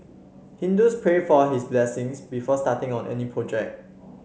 Hindus pray for his blessings before starting on any project